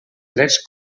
drets